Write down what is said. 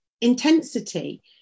intensity